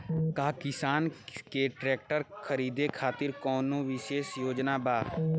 का किसान के ट्रैक्टर खरीदें खातिर कउनों विशेष योजना बा?